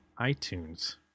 iTunes